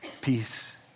peace